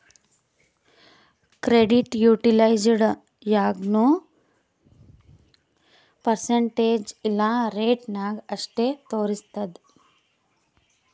credit utilised ಯಾಗ್ನೂ percentage ಇಲ್ಲಾ ರೇಟ ನಾಗ್ ಅಷ್ಟೇ ತೋರುಸ್ತುದ್